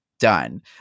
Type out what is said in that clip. Done